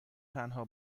تنها